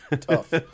tough